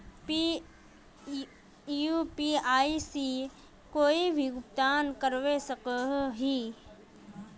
UPI से कोई भी भुगतान करवा सकोहो ही?